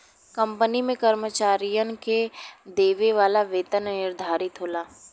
company में कर्मचारियन के देवे वाला वेतन निर्धारित होला